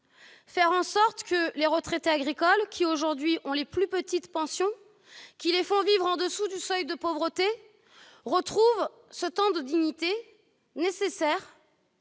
faire en sorte que les retraités agricoles, qui ont aujourd'hui les plus petites pensions et, par conséquent, vivent en dessous du seuil de pauvreté, retrouvent ce temps de dignité nécessaire